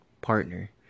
partner